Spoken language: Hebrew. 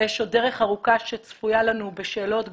יש עוד דרך ארוכה שצפויה לנו בשאלות גדולות,